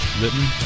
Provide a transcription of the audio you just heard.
written